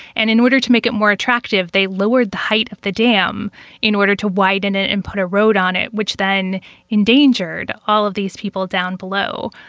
and in order to make it more attractive, they lowered the height of the dam in order to widen it and put a road on it, which then endangered all of these people down below.